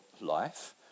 life